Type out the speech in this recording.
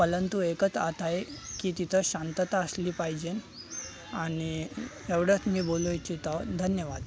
परंतू एकत अट आहे तिथं शांतता असली पाहिजे आणि एवढंच मी बोलू इच्छितो धन्यवाद